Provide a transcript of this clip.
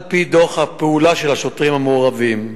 על-פי דוח הפעולה של השוטרים המעורבים,